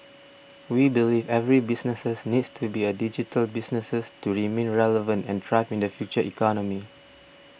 we believe every businesses needs to be a digital businesses to remain relevant and thrive in the future economy